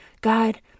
God